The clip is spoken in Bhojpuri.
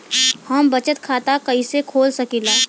हम बचत खाता कईसे खोल सकिला?